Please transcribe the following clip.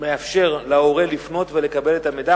מאפשר להורה לפנות ולקבל את המידע.